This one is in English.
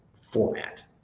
format